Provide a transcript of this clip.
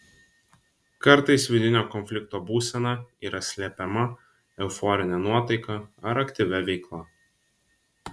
kartais vidinio konflikto būsena yra slepiama euforine nuotaika ar aktyvia veikla